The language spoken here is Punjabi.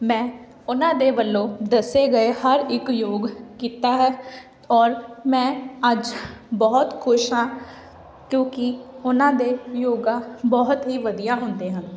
ਮੈਂ ਉਹਨਾਂ ਦੇ ਵੱਲੋਂ ਦੱਸੇ ਗਏ ਹਰ ਇੱਕ ਯੋਗ ਕੀਤਾ ਹੈ ਔਰ ਮੈਂ ਅੱਜ ਬਹੁਤ ਖੁਸ਼ ਹਾਂ ਕਿਉਂਕਿ ਉਹਨਾਂ ਦੇ ਯੋਗਾ ਬਹੁਤ ਹੀ ਵਧੀਆ ਹੁੰਦੇ ਹਨ